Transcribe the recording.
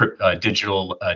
digital